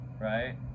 right